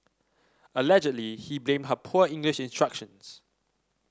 allegedly he blamed her poor English instructions